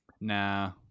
Nah